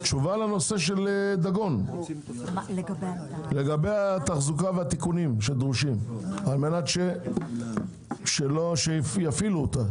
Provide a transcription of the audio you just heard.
תשובה לנושא של דגון לגבי התחזוקה והתיקונים הדרושים כדי שיפעילו אותה.